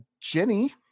Jenny